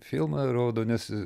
filmą rodo nes